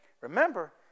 remember